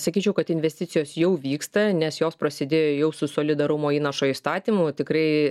sakyčiau kad investicijos jau vyksta nes jos prasidėjo jau su solidarumo įnašo įstatymu tikrai